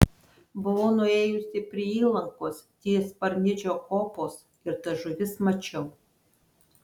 buvau nuėjusi prie įlankos ties parnidžio kopos ir tas žuvis mačiau